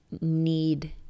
need